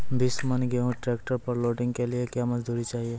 बीस मन गेहूँ ट्रैक्टर पर लोडिंग के लिए क्या मजदूर चाहिए?